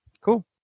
cool